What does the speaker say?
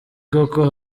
koko